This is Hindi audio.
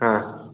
हाँ